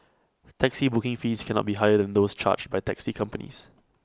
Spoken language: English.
taxi booking fees cannot be higher than those charged by taxi companies